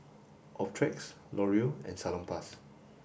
Optrex Laurier and Salonpas